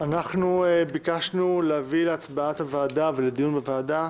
אנחנו ביקשנו להביא להצבעת הוועדה ולדיון בוועדה